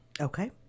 Okay